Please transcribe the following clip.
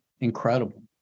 Incredible